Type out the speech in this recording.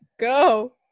go